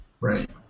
Right